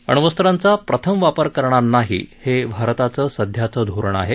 अण्वस्त्राचा प्रथम वापर करणार नाही हे भारताचं सध्याचं धोरण आहे